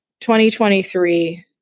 2023